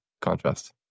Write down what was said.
contrast